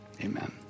amen